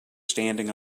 standing